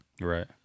Right